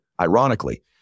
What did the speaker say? ironically